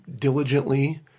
diligently